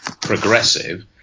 progressive